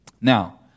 Now